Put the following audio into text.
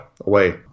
away